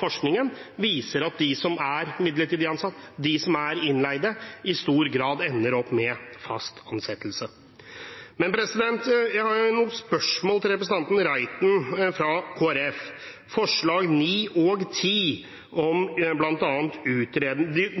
Forskningen viser jo at de som er midlertidig ansatt eller innleid, i stor grad ender opp med fast ansettelse. Jeg har noen spørsmål til representanten Reiten fra Kristelig Folkeparti om forslagene nr. 9 og 10.